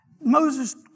Moses